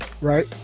Right